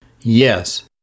Yes